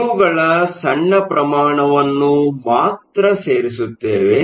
ಇವುಗಳ ಸಣ್ಣ ಪ್ರಮಾಣವನ್ನು ಮಾತ್ರ ಸೇರಿಸುತ್ತೇವೆ